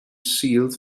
sealed